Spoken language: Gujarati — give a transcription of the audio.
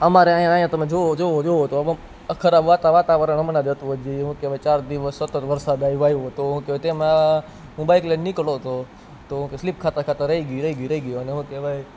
અમારે અયા અયા તમે જુઓ જુઓ જુઓ તો ખરાબ વાતા વાતાવરણ હમણાં જ હતું હજી શું કહેવાય ચાર દિવસ સતત વરસાદ આવ્યો તો શું કહેવાય તેમા હું બાઇક લઈ ને નિકળતો તો તો સ્લીપ ખાતા ખાતા રહી ગયું રહી ગયું અને શું કહેવાય